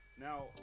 now